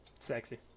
Sexy